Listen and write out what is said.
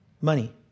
money